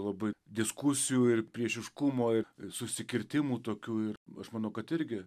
labai diskusijų ir priešiškumo ir susikirtimų tokių ir aš manau kad irgi